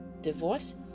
divorce